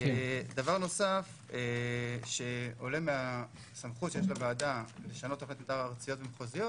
דבר נוסף שעולה מהסמכות שיש לוועדה לשנות תוכניות מתאר ארציות ומחוזיות